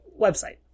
Website